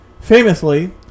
Famously